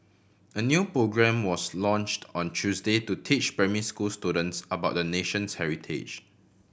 a new programme was launched on Tuesday to teach primary school students about the nation's heritage